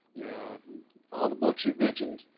yeah all the books you mentioned,